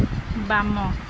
ବାମ